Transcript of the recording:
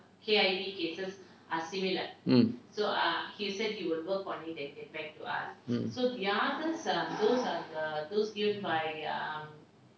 mm mm